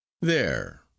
There